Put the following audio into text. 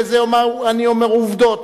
וזה יאמר: אני אומר עובדות.